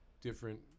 different